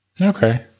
okay